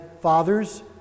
fathers